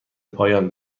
پایان